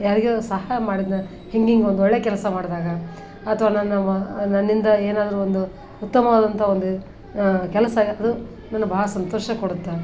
ಯಾರಿಗಾದರೂ ಸಹಾಯ ಮಾಡಿದ್ದನ್ನ ಹೀಗಿಂಗೊಂದು ಒಳ್ಳೆಯ ಕೆಲಸ ಮಾಡಿದಾಗ ಅಥ್ವಾ ನನ್ನ ನನ್ನಿಂದ ಏನಾದರೂ ಒಂದು ಉತ್ತಮವಾದಂಥ ಒಂದು ಕೆಲಸ ಅದು ನನಗೆ ಭಾಳ ಸಂತೋಷ ಕೊಡುತ್ತೆ